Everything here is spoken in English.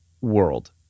world